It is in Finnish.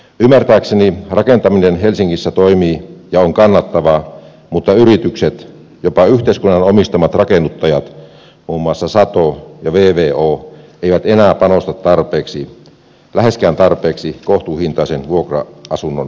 ymmärtääkseni rakentaminen helsingissä toimii ja on kannattavaa mutta yritykset jopa yhteiskunnan omistamat rakennuttajat muun muassa sato ja vvo eivät enää panosta tarpeeksi läheskään tarpeeksi kohtuuhintaisen vuokra asunnon rakentamiseen